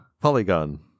Polygon